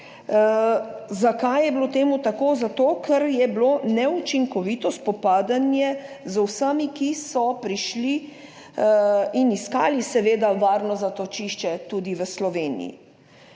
Zakaj je bilo temu tako? Zato, ker je bilo neučinkovito spopadanje z vsemi, ki so prišli in iskali seveda varno zatočišče tudi v Sloveniji,